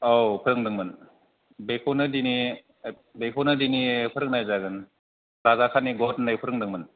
औ फोरोंदोंमोन बेखौनो दिनै बेखौनो दिनै फोरोंनाय जागोन राजाकानि गत होननाय फोरोंदोंमोन